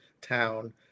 town